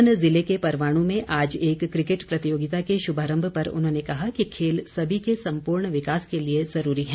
सोलन जिले के परवाणू में आज एक क्रिकेट प्रतियोगिता के शुभारम्भ पर उन्होंने कहा कि खेल सभी के सम्पूर्ण विकास के लिए ज़रूरी है